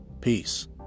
peace